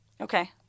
Okay